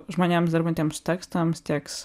žmonėms dirbantiems su tekstams tieks